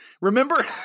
Remember